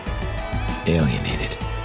Alienated